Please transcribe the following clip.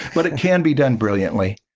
but it can be done brilliantly.